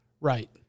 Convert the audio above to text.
Right